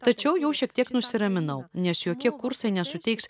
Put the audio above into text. tačiau jau šiek tiek nusiraminau nes jokie kursai nesuteiks